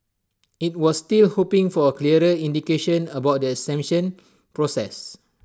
IT was still hoping for A clearer indication about the exemption process